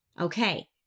Okay